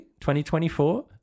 2024